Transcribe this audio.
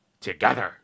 together